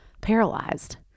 Paralyzed